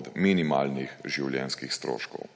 od minimalnih življenjskih stroškov.